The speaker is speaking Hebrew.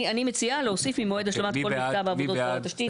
אני מציעה להוסיף ממועד השלמת כל מקטע בעבודות קו התשתית.